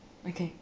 okay